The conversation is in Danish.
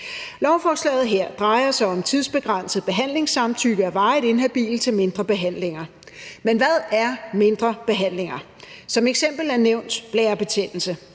Lovforslaget her drejer sig om tidsbegrænset behandlingssamtykke af varigt inhabile til mindre behandlinger. Men hvad er mindre behandlinger? Som eksempel er nævnt blærebetændelse.